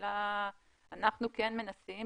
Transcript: אנחנו כן מנסים,